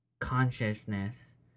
Consciousness